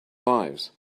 lives